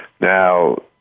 Now